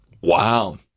Wow